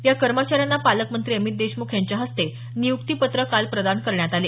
या कर्मचाऱ्यांना पालकमंत्री अमित देशमुख यांच्या हस्ते नियुक्ती पत्रं काल प्रदान करण्यात आले